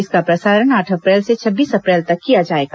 इसका प्रसारण आठ अप्रैल से छब्बीस अप्रैल तक किया जाएगा